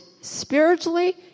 Spiritually